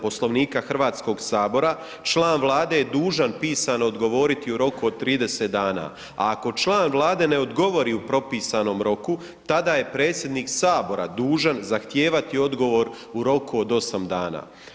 Poslovnika HS-a član Vlade je dužan pisano odgovoriti u roku od 30 dana, a ako član Vlade ne odgovori u propisanom roku tada je predsjednik Sabora dužan zahtijevati odgovor u roku od 8 dana.